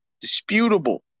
disputable